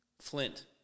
Flint